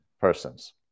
persons